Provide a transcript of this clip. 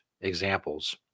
examples